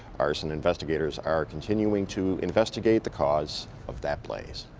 arson investigators are continuing to investigate the cause of that blaze.